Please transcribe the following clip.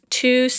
two